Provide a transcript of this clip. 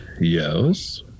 yes